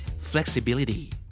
Flexibility